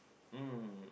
mm